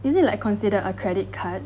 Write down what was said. is it like considered a credit card